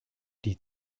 die